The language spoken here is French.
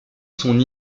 son